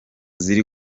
ziri